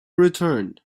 returned